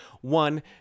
One